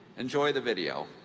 enjoy the video.